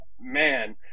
man